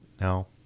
No